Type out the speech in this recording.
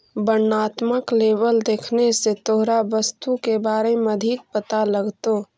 वर्णात्मक लेबल देखने से तोहरा वस्तु के बारे में अधिक पता लगतो